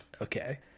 Okay